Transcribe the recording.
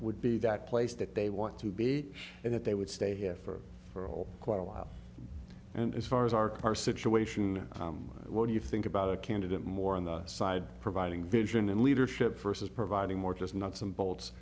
would be that place that they want to be and that they would stay here for for all quite a while and as far as our car situation what do you think about a candidate more on the side providing vision and leadership versus providing more just nuts and bolts